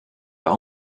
pas